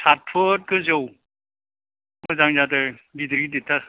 साथफुद गोजौ मोजां जादों गिदिर गिदिर थार